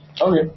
Okay